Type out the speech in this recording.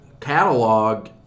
catalog